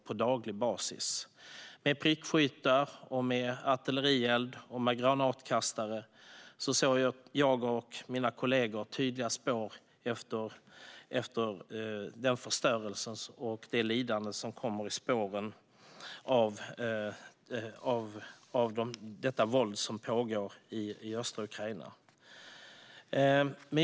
Man använder prickskyttar, artillerield och granatkastare. Jag och mina kollegor såg tydliga spår av förstörelsen och lidandet som följer av det våld som pågår i östra Ukraina.